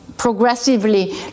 Progressively